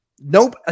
Nope